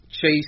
Chase